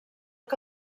que